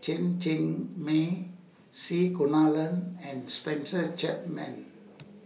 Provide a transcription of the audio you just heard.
Cheng Mei C Kunalan and Spencer Chapman